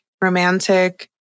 romantic